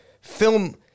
film